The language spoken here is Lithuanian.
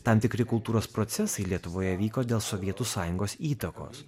tam tikri kultūros procesai lietuvoje vyko dėl sovietų sąjungos įtakos